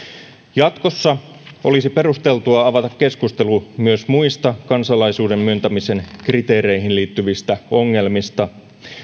jatkossa olisi perusteltua avata keskustelu myös muista kansalaisuuden myöntämisen kriteereihin liittyvistä ongelmista